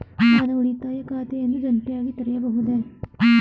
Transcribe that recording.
ನಾನು ಉಳಿತಾಯ ಖಾತೆಯನ್ನು ಜಂಟಿಯಾಗಿ ತೆರೆಯಬಹುದೇ?